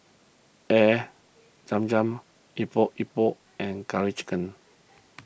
Air Zam Zam Epok Epok and Curry Chicken